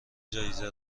جایزه